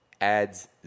Adds